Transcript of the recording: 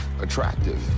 attractive